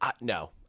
No